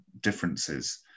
differences